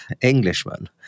Englishman